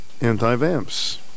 Anti-vamps